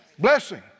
Blessing